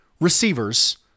receivers